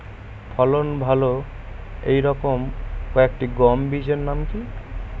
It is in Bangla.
ফলন ভালো এই রকম কয়েকটি গম বীজের নাম কি?